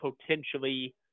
potentially